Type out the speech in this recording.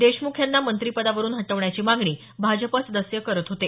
देशमुख यांना मंत्रिपदावरुन हटवण्याची मागणी भाजपा सदस्य करत होते